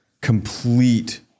Complete